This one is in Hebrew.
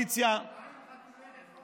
מהקואליציה, מה עם חתולי רחוב חרדיים?